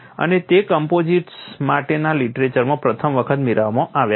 અને તે કમ્પોઝિટ્સ માટેના લીટરેચરમાં પ્રથમ વખત મેળવવામાં આવ્યા હતા